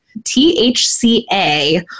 THCA